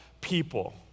people